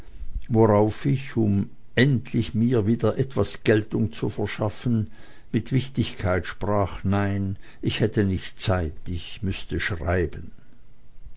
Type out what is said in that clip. worauf ich um endlich mir wieder etwas geltung zu verschaffen mit wichtigkeit sprach nein ich hätte nicht zeit ich müßte schreiben